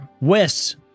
West